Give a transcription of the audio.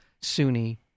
Sunni